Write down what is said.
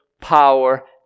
power